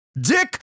dick